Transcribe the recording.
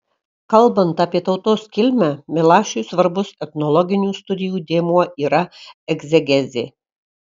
kalbant apie tautos kilmę milašiui svarbus etnologinių studijų dėmuo yra egzegezė